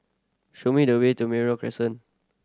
show me the way to Merino Crescent